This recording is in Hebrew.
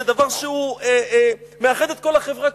זה דבר שמאחד את כל החברה.